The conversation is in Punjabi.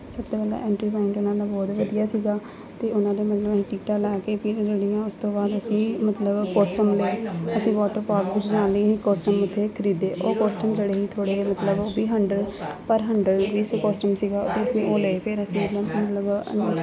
ਸਭ ਤੋਂ ਪਹਿਲਾਂ ਬਹੁਤ ਵਧੀਆ ਸੀਗਾ ਅਤੇ ਉਹਨਾਂ ਦੇ ਮਤਲਵ ਅਸੀਂ ਟਿਕਟਾਂ ਲੈ ਕੇ ਫਿਰ ਜਿਹੜੀਆਂ ਉਸ ਤੋਂ ਬਾਅਦ ਅਸੀਂ ਮਤਲਬ ਅਸੀਂ ਵਾਟਰ ਪਾਰਕ ਵਿੱਚ ਜਾਣ ਲਈ ਅਸੀਂ ਕੋਸਟਮ ਉੱਥੇ ਖਰੀਦੇ ਉਹ ਕੋਸਟਮ ਜਿਹੜੇ ਸੀ ਥੋੜੇ ਜਿਹੇ ਮਤਲਵ ਉਹ ਵੀ ਹੰਡਰਡ ਪਰ ਹੰਡਰਡ ਵੀ ਸੀ ਕੋਸਟਮ ਸੀਗਾ ਉੱਥੇ ਅਸੀਂ ਉਹ ਲਏ ਫਿਰ ਅਸੀਂ ਮਤਲਵ